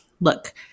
look